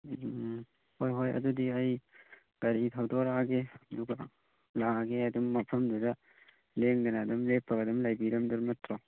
ꯎꯝ ꯍꯣꯏ ꯍꯣꯏ ꯑꯗꯨꯗꯤ ꯑꯩ ꯒꯥꯔꯤ ꯊꯧꯗꯣꯔꯛꯑꯒꯦ ꯑꯗꯨꯒ ꯂꯥꯛꯑꯒꯦ ꯑꯗꯨꯝ ꯃꯐꯝꯗꯨꯗ ꯂꯦꯡꯗꯅ ꯑꯗꯨꯝ ꯂꯦꯞꯄꯒ ꯑꯗꯨꯝ ꯂꯩꯕꯤꯔꯝꯗꯕ ꯅꯠꯇ꯭ꯔꯣ